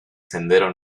sendero